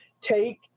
take